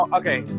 okay